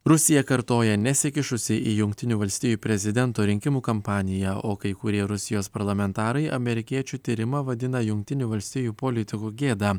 rusija kartoja nesikišusi į jungtinių valstijų prezidento rinkimų kampaniją o kai kurie rusijos parlamentarai amerikiečių tyrimą vadina jungtinių valstijų politikų gėda